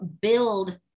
build